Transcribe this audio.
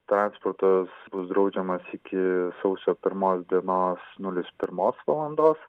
transportas bus draudžiamas iki sausio pirmos dienos nulis pimos valandos